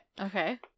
okay